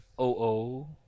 OO